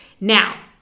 Now